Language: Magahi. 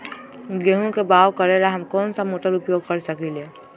गेंहू के बाओ करेला हम कौन सा मोटर उपयोग कर सकींले?